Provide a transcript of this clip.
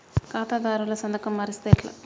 ఖాతాదారుల సంతకం మరిస్తే ఎట్లా?